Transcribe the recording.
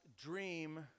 dream